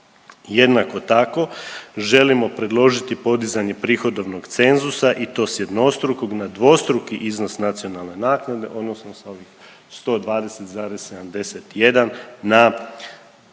Jednako tako želimo predložiti podizanje prihodovnog cenzusa i to s jednostrukog na dvostruki iznos nacionalne naknade odnosno s ovih 120,71 na